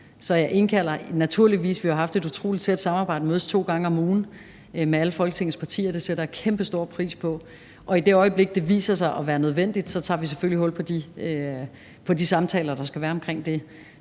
hen for få timer. Vi har jo haft et utrolig tæt samarbejde, og jeg mødes to gange om ugen med alle Folketingets partier, og det sætter jeg kæmpestor pris på, og i det øjeblik det viser sig at være nødvendigt, tager vi selvfølgelig hul på de samtaler, der skal være omkring det.